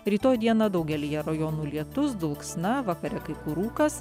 rytoj dieną daugelyje rajonų lietus dulksna vakare kai kur rūkas